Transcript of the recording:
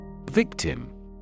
Victim